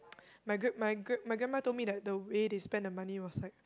my great my great my grandma told me that the way they spent the money was like